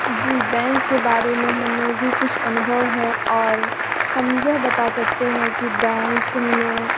जी bank के बारे में हमें भी कुछ अनुभव है और हम यह बता सकते हैं कि बैंक में